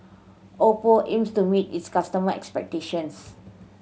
Oppo aims to meet its customer expectations